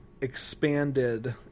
expanded